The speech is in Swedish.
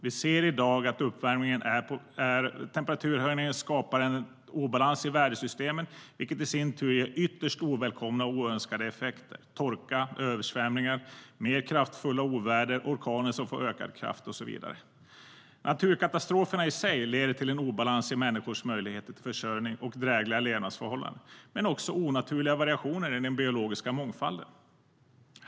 Vi ser i dag att temperaturhöjningen skapar en obalans i vädersystemen, vilket i sin tur ger ytterst ovälkomna och oönskade effekter: torka, översvämningar, mer kraftfulla oväder, orkaner som får ökad kraft och så vidare. Naturkatastroferna i sig leder till en obalans i människors möjligheter till försörjning och drägliga levnadsförhållanden men också till onaturliga variationer i den biologiska mångfalden.